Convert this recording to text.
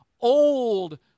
old